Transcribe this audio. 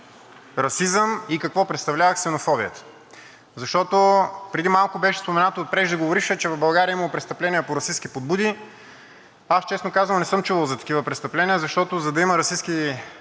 какво представлява ксенофобията. Защото преди малко беше споменато от преждеговорившия, че в България имало престъпления по расистки подбуди. Аз, честно казано, не съм чувал за такива престъпления, защото, за да има расистки